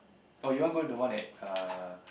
oh you want go to the one at err